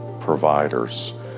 providers